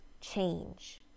change